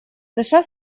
дыша